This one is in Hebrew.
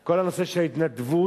כל הנושא של ההתנדבות